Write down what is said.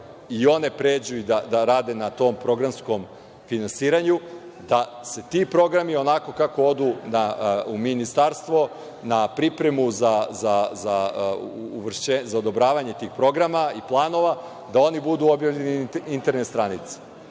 da pređu i da rade na tom programskom finansiranju, da ti programi, onako kako odu u Ministarstvo na pripremu za odobravanje tih programa i planova, budu objavljeni na internet stranici. Ne